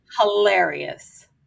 hilarious